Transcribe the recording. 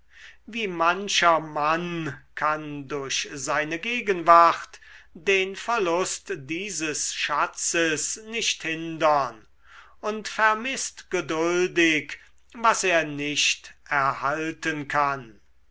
wie mancher mann kann durch seine gegenwart den verlust dieses schatzes nicht hindern und vermißt geduldig was er nicht erhalten kann